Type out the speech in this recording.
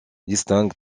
distingue